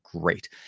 great